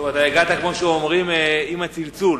אתה הגעת, כמו שאומרים, עם הצלצול.